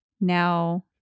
now